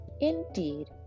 Indeed